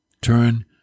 Turn